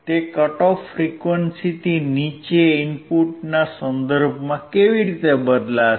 તે cut off ફ્રીક્વન્સીની નીચે ઇનપુટના સંદર્ભમાં કેવી રીતે બદલાશે